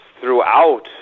throughout